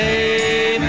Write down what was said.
Hey